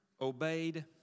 obeyed